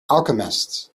alchemists